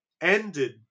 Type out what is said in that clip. ended